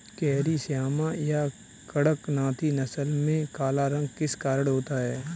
Carry Shyama या कड़कनाथी नस्ल में काला रंग किस कारण होता है?